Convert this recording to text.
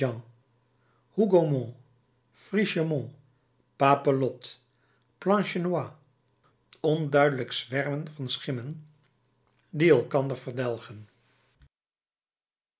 hougomont frischemont papelotte plancenoit onduidelijk zwermen van schimmen die elkander verdelgen